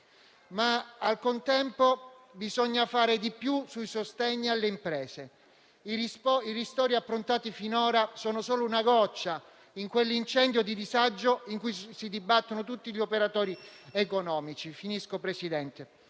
Al contempo però bisogna fare di più sui sostegni alle imprese. I ristori approntati finora sono solo una goccia in quell'incendio di disagio in cui si dibattono tutti gli operatori economici. La disperazione